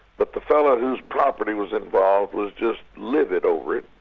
but the fellow whose property was involved was just livid over it,